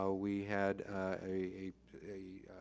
ah we had a a